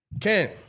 Ken